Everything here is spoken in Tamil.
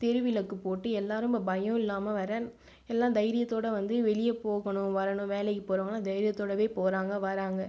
தெருவிளக்கு போட்டு எல்லாரும் இப்போ பயம் இல்லாமல் வர எல்லாம் தைரியத்தோட வந்து வெளியே போகணும் வரணும் வேலைக்கு போகறவங்கள்லாம் தைரியத்தோடவே போகறாங்க வராங்க